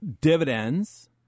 dividends